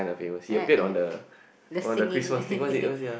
uh yeah yeah yeah the singing